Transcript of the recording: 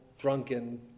drunken